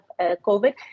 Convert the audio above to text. COVID